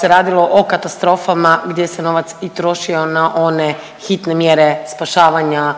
se radilo o katastrofama gdje se novac i trošio na one hitne mjere spašavanja